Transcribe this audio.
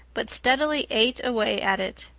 but steadily ate away at it.